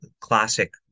classic